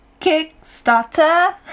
Kickstarter